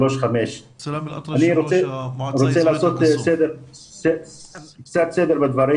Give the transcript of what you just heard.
5-3. אני רוצה לעשות קצת סדר בדברים.